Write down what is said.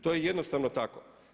To je jednostavno tako.